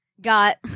Got